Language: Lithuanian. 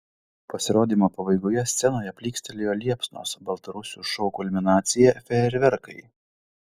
pasirodymo pabaigoje scenoje plykstelėjo liepsnos baltarusių šou kulminacija fejerverkai